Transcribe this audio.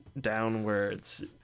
downwards